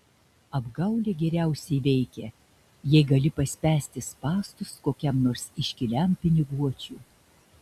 apgaulė geriausiai veikia jei gali paspęsti spąstus kokiam nors iškiliam piniguočiui